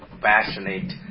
passionate